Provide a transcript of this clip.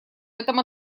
этом